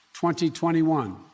2021